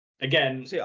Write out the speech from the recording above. again